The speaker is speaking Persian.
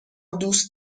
دوست